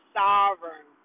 sovereign